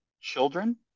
children